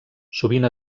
sovint